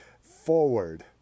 forward